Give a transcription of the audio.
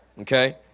Okay